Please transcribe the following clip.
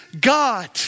God